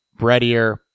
breadier